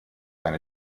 eine